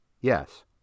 Yes